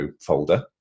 folder